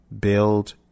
Build